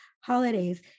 holidays